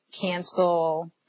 cancel